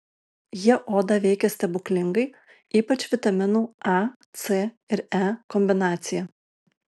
jie odą veikia stebuklingai ypač vitaminų a c ir e kombinacija